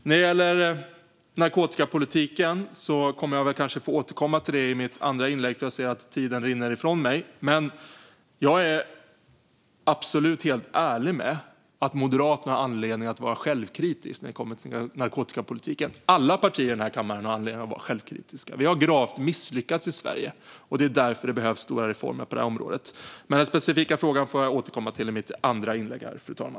Jag återkommer till narkotikapolitiken i mitt andra inlägg, men jag kan helt ärligt säga att Moderaterna liksom alla andra partier i kammaren har anledning att vara självkritiska när det gäller narkotikapolitiken. Vi har gravt misslyckats i Sverige, och därför behövs det stora reformer på detta område.